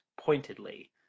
pointedly